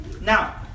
Now